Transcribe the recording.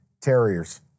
terriers